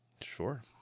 sure